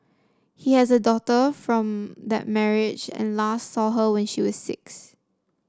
he has a daughter from that marriage and last saw her when she was six